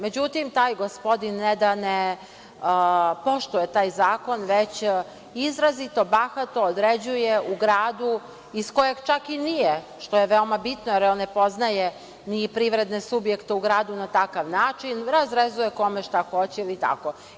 Međutim, taj gospodin ne da ne poštuje taj zakon, već izrazito bahato određuje u gradu, iz kojeg čak i nije, što je veoma bitno, jer on ne poznaje ni privredne subjekte u gradu na takav način, razrezuje kome šta hoće ili tako.